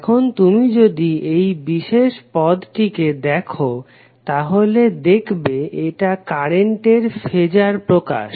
এখন তুমি যদি এই বিশেষ পদটিকে দেখো তাহলে দেখবে এটা কারেন্টের ফেজার প্রকাশ